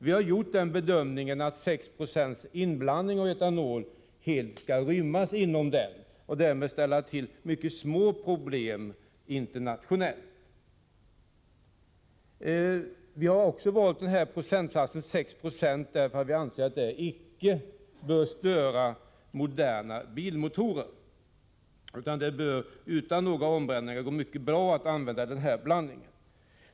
Vi har gjort den bedömningen att en inblandning av 6 20 etanol helt skall rymmas inom den och därmed ställa till mycket små problem internationellt. Vi har också valt procentsatsen 6 96 därför att vi anser att denna icke bör störa moderna bilmotorer, utan att det bör gå mycket bra att utan några omvägar använda denna blandning.